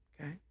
Okay